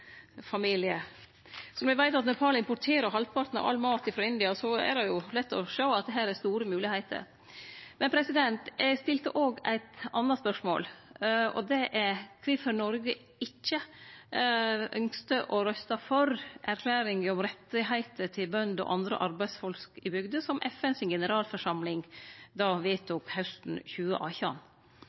lett å sjå at her er det store moglegheiter. Eg stilte òg eit anna spørsmål, og det er kvifor Noreg ikkje ynskte å røyste for erklæringa om rettar til bønder og andre arbeidsfolk i landområde som FNs si generalforsamling vedtok hausten 2018.